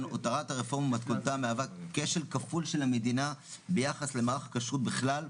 הרפורמה ומתכונה מהווה כשל כפול של המדינה ביחס למערך הכשרות בכלל,